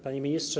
Panie Ministrze!